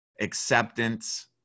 acceptance